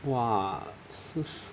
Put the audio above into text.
!wah! 是